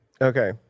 Okay